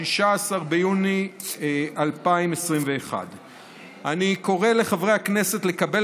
16 ביוני 2021. אני קורא לחברי הכנסת לקבל